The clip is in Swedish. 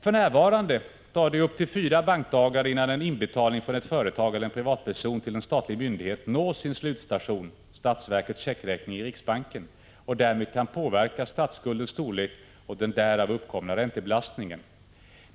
För närvarande tar det upp till fyra bankdagar innan en inbetalning från ett företag eller en privatperson till en statlig myndighet når sin slutstation — statsverkets checkräkning i riksbanken — och därmed kan påverka statsskuldens storlek och den därav uppkomna räntebelastningen.